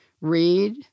Read